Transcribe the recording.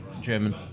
German